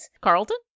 Carlton